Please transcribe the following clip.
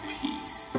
peace